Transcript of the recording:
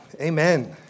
Amen